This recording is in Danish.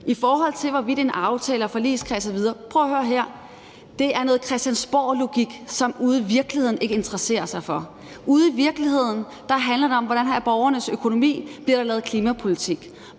I forhold til aftalen og forligskredsen osv. vil jeg sige: Prøv at høre her, det er noget christiansborglogik, som man ude i virkeligheden ikke interesserer sig for. Ude i virkeligheden handler det om, hvordan borgernes økonomi er, og om der bliver lavet klimapolitik.